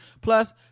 plus